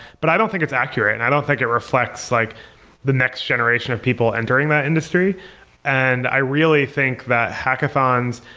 but i don't think it's accurate and i don't think it reflects like the next generation of people entering that industry and i really think that hackathons,